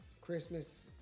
Christmas